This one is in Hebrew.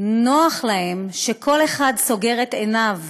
"נוח להם שכל אחד סוגר את עיניו,